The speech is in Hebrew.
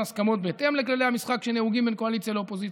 הסכמות בהתאם לכללי המשחק שנהוגים בין קואליציה לאופוזיציה.